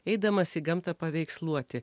eidamas į gamtą paveiksluoti